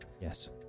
Yes